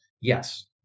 Yes